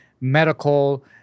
medical